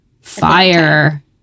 fire